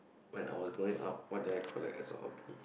when I was growing up what did I collect as a hobby